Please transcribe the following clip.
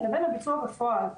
לבין הביצוע בפועל.